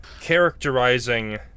characterizing